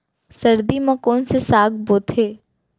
सर्दी मा कोन से साग बोथे?